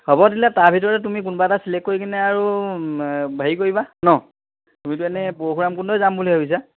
হ'ব তেতিয়া হ'লে তাৰ ভিততে তুমি কোনোবা এটা চিলেক্ট কৰি কিনে আৰু হেৰি কৰিবা ন তুমিতো এনেই পৰশুৰাম কুণ্ডয়ে যাম বুলি ভাবিছা